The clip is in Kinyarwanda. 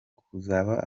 kubuza